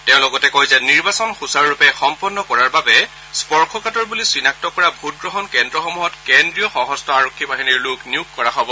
তেওঁ লগতে কয় যে নিৰ্বাচন সূচাৰুৰূপে সম্পন্ন কৰাৰ বাবে স্পৰ্শকাতৰ বুলি চিনাক্ত কৰা ভোটগ্ৰহণ কেন্দ্ৰমসূহত কেন্দ্ৰীয় সশস্ত্ৰ আৰক্ষী বাহিনীৰ লোক নিয়োগ কৰা হ'ব